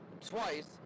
Twice